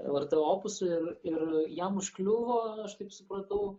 lrt opuso ir ir jam užkliuvo aš taip supratau